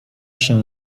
się